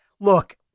look